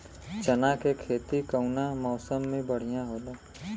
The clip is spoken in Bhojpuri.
चना के खेती कउना मौसम मे बढ़ियां होला?